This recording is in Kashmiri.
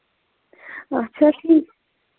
اچھا ٹھیٖک